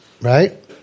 Right